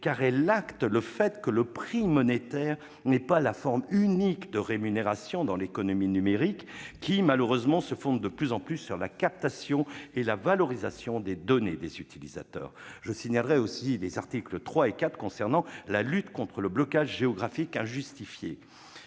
où elle entérine que le prix monétaire n'est pas la forme unique de rémunération dans l'économie numérique, qui, malheureusement, se fonde de plus en plus sur la captation et la valorisation des données des utilisateurs. Je signale aussi les articles 3 et 4, relatifs à la lutte contre le blocage géographique injustifié.